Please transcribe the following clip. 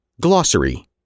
Glossary